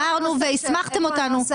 מי נגד, מי נמנע?